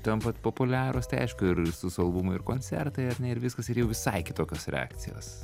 tampat populiarūs tai aišku ir su su albumu ir koncertai ir viskas ir jau visai kitokios reakcijos